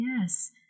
Yes